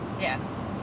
yes